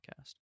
podcast